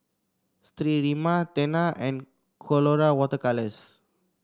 Sterimar Tena and Colora Water Colours